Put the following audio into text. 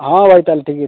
ହଁ ହଉ ତାହେଲେ ଠିକ୍ ଅଛି